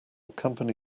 company